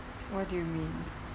what do you mean